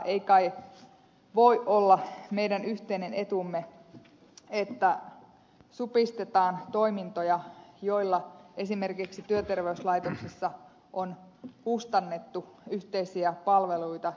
ei kai voi olla meidän yhteinen etumme että supistetaan toimintoja joilla esimerkiksi työterveyslaitoksessa on kustannettu yhteisiä palveluita